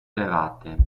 elevate